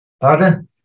Pardon